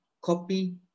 copy